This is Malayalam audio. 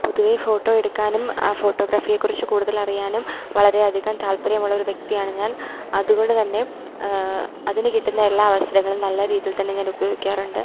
പൊതുവെ ഫോട്ടോ എടുക്കാനും ആ ഫോട്ടോഗ്രാഫിയെക്കുറിച്ച് കൂടുതലറിയാനും വളരെയധികം താൽപര്യമുള്ളൊരു വ്യക്തിയാണ് ഞാൻ അതുകൊണ്ടുതന്നെ അതിനു കിട്ടുന്ന എല്ലാ അവസരങ്ങളും നല്ല രീതിയിൽ തന്നെ ഞാൻ ഉപയോഗിക്കാറുണ്ട്